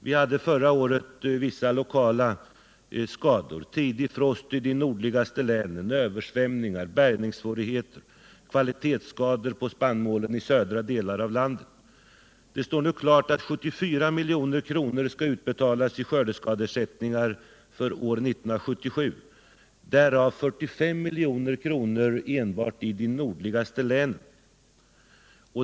Vi hade förra året vissa lokala skador: tidig frost i de nordligaste länen, översvämningar och bärgningssvårigheter samt kvalitetsskador på spannmålen i andra delar av landet. Det är nu klart att 74 milj.kr. skall utbetalas i skördeskadeersättning för år 1977, varav 45 milj.kr. enbart i de två nordligaste länen.